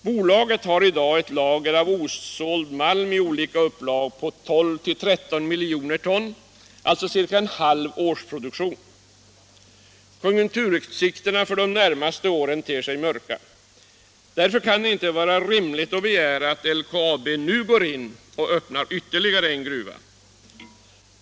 Bolaget har i dag ett lager av osåld malm i olika upplag på 12-13 milj. ton, alltså ungefär en halv årsproduktion. Konjunkturutsikterna för de närmaste åren ter sig mörka. Därför kan det inte vara rimligt att begära att LKAB nu går in pch öppnar ytterligare en gruva.